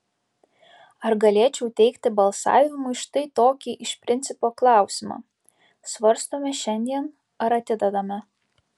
ar galėčiau teikti balsavimui štai tokį iš principo klausimą svarstome šiandien ar atidedame